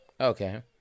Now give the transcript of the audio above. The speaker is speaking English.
Okay